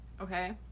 okay